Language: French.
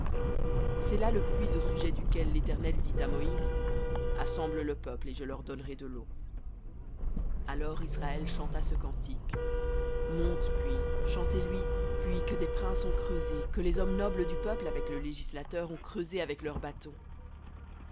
c'est là le puits au sujet duquel l'éternel dit à moïse assemble le peuple et je leur donnerai de leau alors israël chanta ce cantique monte puits chantez-lui puits que des princes ont creusé que les hommes nobles du peuple avec le législateur ont creusé avec leurs bâtons